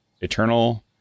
Eternal